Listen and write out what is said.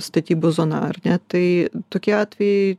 statybų zona ar ne tai tokie atvejai